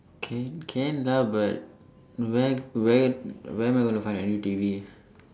can can lah but where where where am I going to find a new T_V